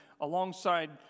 alongside